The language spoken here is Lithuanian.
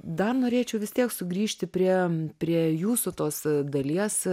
dar norėčiau vis tiek sugrįžti prie prie jūsų tos dalies